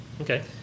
Okay